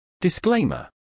Disclaimer